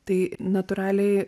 tai natūraliai